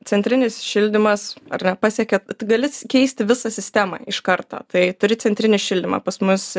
centrinis šildymas ar ne pasiekė gali keisti visą sistemą iš karto tai turi centrinį šildymą pas mus